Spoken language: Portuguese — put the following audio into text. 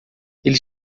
ele